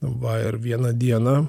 va ir vieną dieną